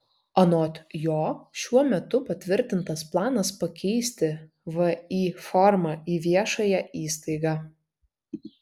anot jo šiuo metu patvirtintas planas pakeisti vį formą į viešąją įstaigą